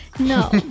No